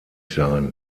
sein